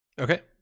okay